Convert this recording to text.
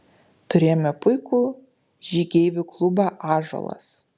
turėjome puikų žygeivių klubą ąžuolas